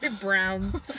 Browns